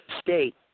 state